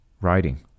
writing